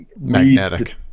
magnetic